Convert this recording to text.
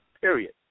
period